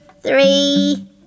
three